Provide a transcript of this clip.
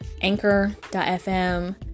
anchor.fm